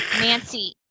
nancy